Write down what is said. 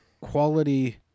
quality